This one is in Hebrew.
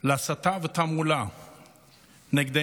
להסתה ותעמולה נגדנו,